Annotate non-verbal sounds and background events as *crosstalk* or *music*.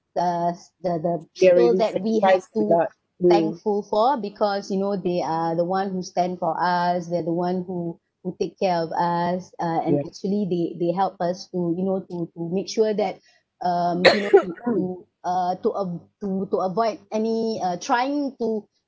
uh the the people that we have to be thankful for because you know they are the one who stand for us they are the one who who take care of us uh and actually they they help us to you know to to make sure that *breath* um you know to to uh to av~ to to avoid any uh trying to